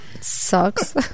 sucks